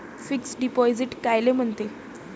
Fix deposit कायले म्हनते?